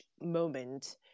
moment